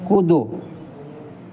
कूदो